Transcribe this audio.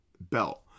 belt